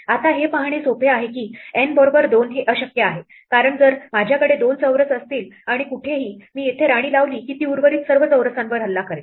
आता हे पाहणे सोपे आहे की N बरोबर 2 हे अशक्य आहे कारण जर माझ्याकडे 2 चौरस असतील आणि कुठेही मी येथे राणी लावली की ती उर्वरित सर्व चौरसांवर हल्ला करेल